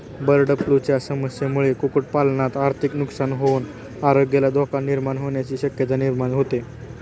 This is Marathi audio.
बर्डफ्लूच्या समस्येमुळे कुक्कुटपालनात आर्थिक नुकसान होऊन आरोग्याला धोका निर्माण होण्याची शक्यता निर्माण होते